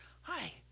Hi